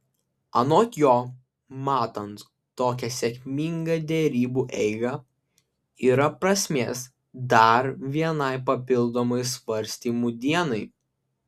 anot jo matant tokią sėkmingą derybų eigą yra prasmės dar vienai papildomai svarstymų dienai